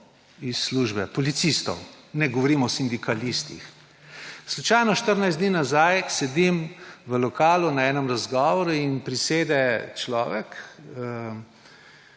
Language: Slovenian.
iz službe. Policistov, ne govorim o sindikalistih. Slučajno 14 dni nazaj sedim v lokalu na enem razgovoru in prisede človek,